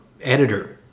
editor